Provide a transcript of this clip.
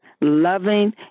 loving